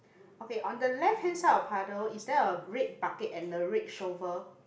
okay on the left hand side of the puddle is there a red bucket and a red shovel